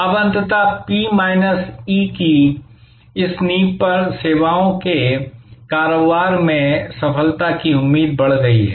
अब अंततः P minus E की इस नींव पर सेवाओं के कारोबार में सफलता की उम्मीद बढ़ गई है